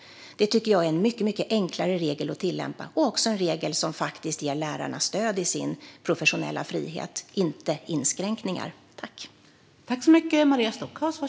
Det tycker jag är en mycket, mycket enklare regel att tillämpa och också en regel som faktiskt ger lärarna stöd i sin professionella frihet, inte inskränkningar.